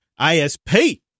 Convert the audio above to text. ISP